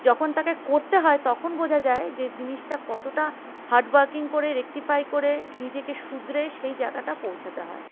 যখন তাকে করতে হয় তখন বোঝা যায় যে জিনিসটা কতটা হার্ড ওয়ার্কিং করে রেকটিফাই করে নিজেকে শুধরে সেই জায়গাটা পৌঁছাতে হয়